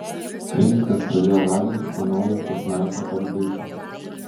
intikas pradėjo laginti po naujo fortnaito apdeitų